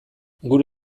gure